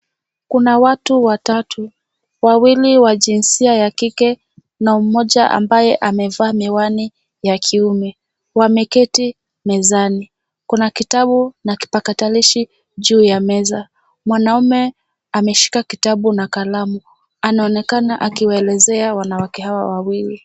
Kuna watu watatu, wawili wa jinsia ya kike, na mmoja ambaye amevaa miwani ya kiume, wameketi mezani. Kuna kitabu na kipakatalishi juu ya meza. Mwanaume ameshika kitabu na kalamu. Anaonekana akiwaelezea wanawake hao wawili.